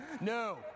No